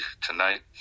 tonight